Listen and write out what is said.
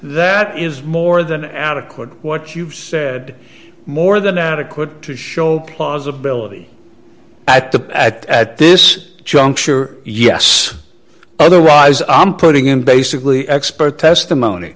that is more than adequate what you've said more than adequate to show plausibility at the at at this juncture yes otherwise i'm putting in basically expert testimony